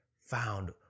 found